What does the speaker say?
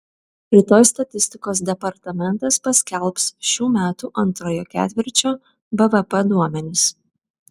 rytoj statistikos departamentas paskelbs šių metų antrojo ketvirčio bvp duomenis